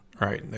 right